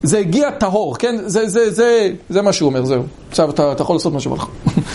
זה הגיע טהור, כן? זה, זה, זה, זה, זה מה שהוא אומר, זהו. עכשיו, אתה, אתה יכול לעשות מה שבא לך.